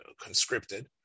conscripted